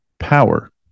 power